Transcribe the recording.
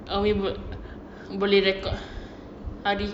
umi boleh record pagi